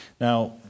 Now